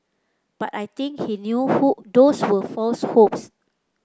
but I think he knew who those were false hopes